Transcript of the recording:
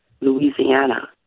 Louisiana